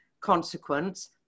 consequence